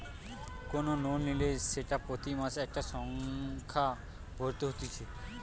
কোন লোন নিলে সেটা প্রতি মাসে একটা সংখ্যা ভরতে হতিছে